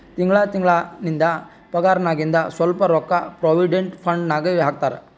ತಿಂಗಳಾ ತಿಂಗಳಾ ನಿಂದ್ ಪಗಾರ್ನಾಗಿಂದ್ ಸ್ವಲ್ಪ ರೊಕ್ಕಾ ಪ್ರೊವಿಡೆಂಟ್ ಫಂಡ್ ನಾಗ್ ಹಾಕ್ತಾರ್